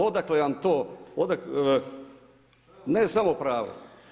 Odakle vam to, ne samo pravo.